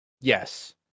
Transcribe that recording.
Yes